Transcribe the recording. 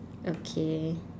okay